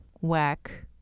whack